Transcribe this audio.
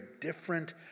different